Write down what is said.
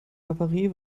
havarie